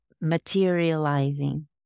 Materializing